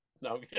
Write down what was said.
no